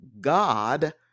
God